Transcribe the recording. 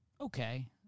Okay